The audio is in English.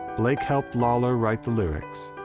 blake helped lawlor write the lyrics,